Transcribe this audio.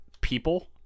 people